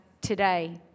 today